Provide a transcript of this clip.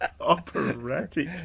Operatic